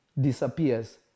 disappears